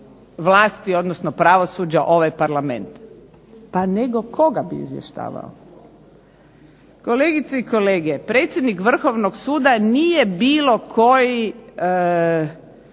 vlasti odnosno pravosuđa ovaj Parlament. Pa nego koga bi izvještavao? Kolegice i kolege, predsjednik Vrhovnog suda nije bilo koja